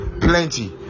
plenty